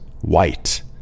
white